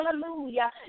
Hallelujah